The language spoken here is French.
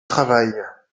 travail